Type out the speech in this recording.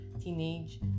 teenage